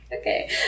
Okay